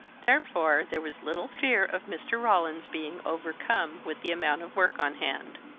therefore there was little fear of mr. roland's being overcome with the amount of work on hand.